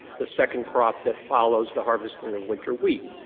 the second crop that follows the harvesting of winter wheat.